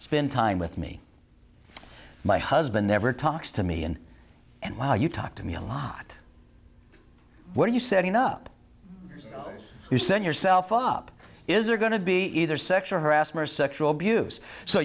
spend time with me my husband never talks to me and and when you talk to me a lot what are you setting up you set yourself up is there going to be either sexual harassment or sexual abuse so